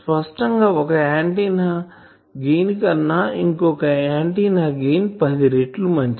స్పష్టం గా ఒక ఆంటిన్నా గెయిన్ కన్నా ఇంకో ఆంటిన్నా గెయిన్ 10 రేట్లు మంచిది